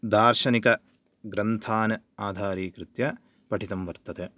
दार्शनिकग्रन्थान् आधारीकृत्य पठितं वर्तते